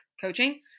coaching